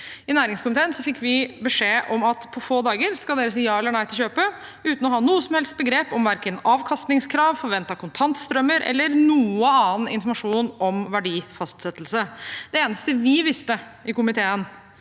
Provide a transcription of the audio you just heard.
I næringskomiteen fikk vi beskjed om at vi på få dager skulle si ja eller nei til kjøpet – uten å ha noe som helst begrep om verken avkastningskrav, forventede kontantstrømmer eller noen annen informasjon om verdifastsettelse. Det eneste vi visste i komiteen